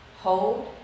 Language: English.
Hold